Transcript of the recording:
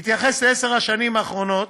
בהתייחס לעשר השנים האחרונות,